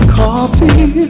coffee